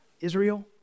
Israel